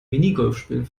minigolfspielen